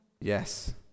Yes